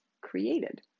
created